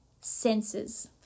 senses